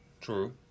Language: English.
true